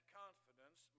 confidence